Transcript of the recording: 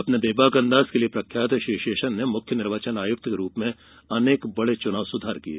अपने बेबाक अंदाज के लिए प्रख्यात श्री शेषन ने मुख्य निर्वाचन आयुक्त के रूप में अनेक बड़े चुनाव सुधार किये